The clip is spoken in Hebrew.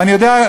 ואני יודע,